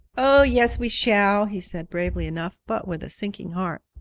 oh, yes, we shall, he said, bravely enough, but with a sinking heart.